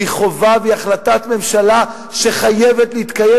היא חובה והיא החלטת ממשלה שחייבת להתקיים,